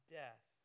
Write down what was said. death